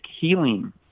healing